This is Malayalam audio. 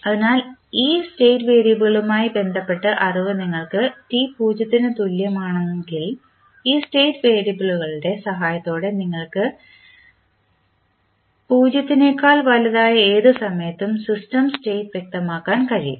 അതിനാൽ ഈ സ്റ്റേറ്റ് വേരിയബിളുമായി ബന്ധപ്പെട്ട അറിവ് നിങ്ങൾക്ക് t പൂജ്യത്തിന് തുല്യമാണെങ്കിൽ ഈ സ്റ്റേറ്റ് വേരിയബിളുകളുടെ സഹായത്തോടെ നിങ്ങൾക്ക് 0 നെക്കാൾ വലുതായ ഏത് സമയത്തും സിസ്റ്റം സ്റ്റേറ്റ് വ്യക്തമാക്കാൻ കഴിയും